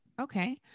Okay